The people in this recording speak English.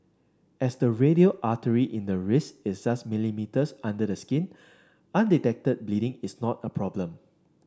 as the radial artery in the wrist is just millimetres under the skin undetected bleeding is not a problem